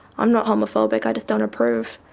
i'm not homophobic, i just don't approve.